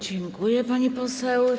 Dziękuję, pani poseł.